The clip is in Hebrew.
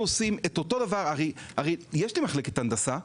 הרי יש לי מחלקת הנדסה,